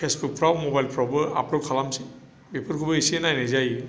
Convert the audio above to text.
फेसबुखफोराव मबाइलफोरावबो आपल'ड खालामोस बेफोरखौबो इसे नायनाय जायो